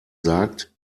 sagt